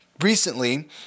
recently